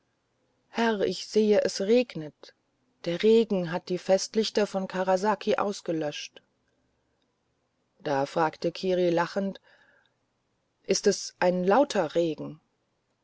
herr ich sehe es regnet der regen hat die festlichter von karasaki ausgelöscht da fragte kiri lachend ist es ein lauter regen